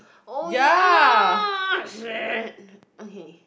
oh ya shit okay